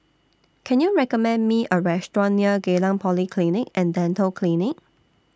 Can YOU recommend Me A Restaurant near Geylang Polyclinic and Dental Clinic